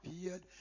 appeared